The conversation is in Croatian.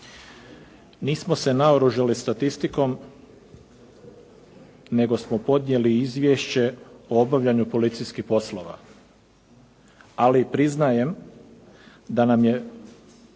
Nismo se naoružali statistikom nego smo podnijeli izvješće o obavljanju policijskih poslova ali priznajem da nam je